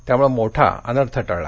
त्यामुळे मोठा अनर्थ टळला